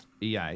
EA